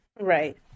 Right